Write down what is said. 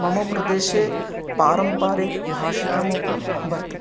मम प्रदेशे पारम्परिकभाषिकमपि वर्तते तत्र